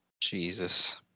Jesus